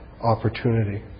opportunity